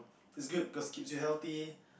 it's good because it keeps you healthy